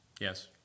Yes